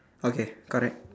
okay correct